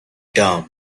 dumb